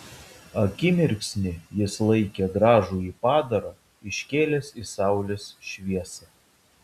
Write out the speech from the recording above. akimirksnį jis laikė gražųjį padarą iškėlęs į saulės šviesą